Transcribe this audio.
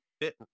bit